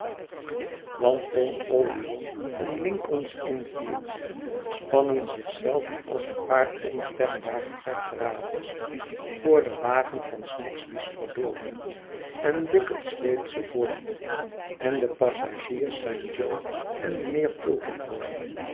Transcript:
want tom all alones en lincoln's inn fields spannen zich zelven als een paar ontembare harddravers voor den wagen van snagsby's verbeelding en bucket zweept ze voort en de passagiers zijn jo en mijnheer